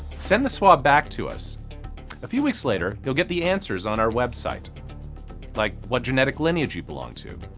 send the swab back to us, and a few weeks later you'll get the answers on our website like what genetic linage you belong to,